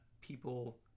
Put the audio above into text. people